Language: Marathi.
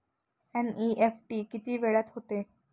एन.इ.एफ.टी किती वेळात होते?